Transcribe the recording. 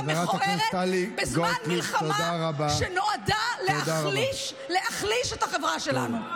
מכוערת בזמן מלחמה שנועדה להחליש את החברה שלנו.